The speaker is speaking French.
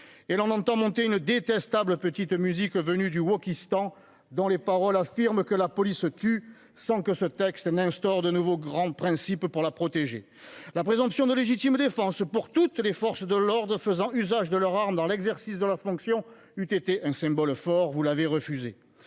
et l'on entend monter une détestable petite musique venue d'Hugo qui stands dont les paroles affirme que la police tue sans que ce texte n'instaure de nouveaux grands principes pour la protéger la présomption de légitime défense pour toutes les forces de l'ordre, faisant usage de leur arme dans l'exercice de leurs fonctions eut été un symbole fort, vous l'avez refusé